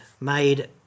made